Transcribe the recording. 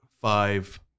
five